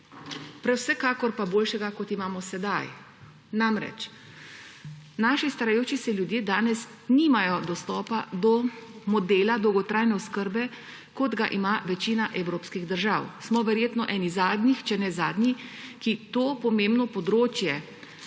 vsekakor pa boljšega, kot imamo sedaj. Namreč naši starajoči se ljudje danes nimajo dostopa do modela dolgotrajne oskrbe, kot ga ima večina evropskih držav. Smo verjetno eni zadnjih, če ne zadnji, ki tega pomembnega področja